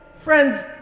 Friends